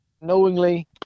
knowingly